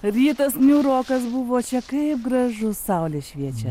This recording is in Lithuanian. rytas niūrokas buvo čia kaip gražu saulė šviečia